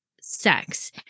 sex